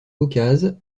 caucase